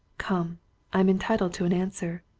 come i'm entitled to an answer.